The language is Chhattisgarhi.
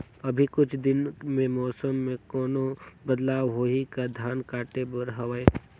अभी कुछ दिन मे मौसम मे कोनो बदलाव होही का? धान काटे बर हवय?